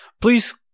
Please